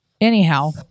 Anyhow